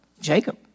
Jacob